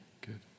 Good